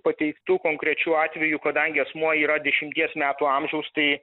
pateiktų konkrečių atvejų kadangi asmuo yra dešimties metų amžiaus tai